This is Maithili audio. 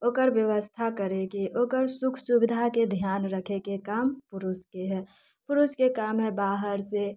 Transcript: ओकर व्यवस्था करैके ओकर सुख सुविधाके ध्यान रखैके काम पुरुषके हय पुरुषके काम हय बाहर से